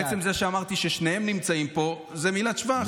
עצם זה שאמרתי ששניהם נמצאים פה זו מילת שבח.